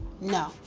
No